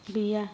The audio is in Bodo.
गैया